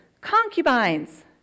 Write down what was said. concubines